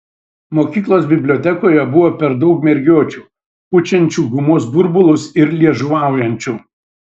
mokyklos bibliotekoje buvo per daug mergiočių pučiančių gumos burbulus ir liežuvaujančių